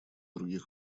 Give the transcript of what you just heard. других